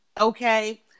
okay